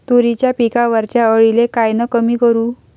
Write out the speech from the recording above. तुरीच्या पिकावरच्या अळीले कायनं कमी करू?